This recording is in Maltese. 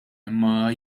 imma